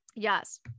Yes